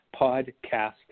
podcast